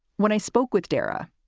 when i spoke with darah,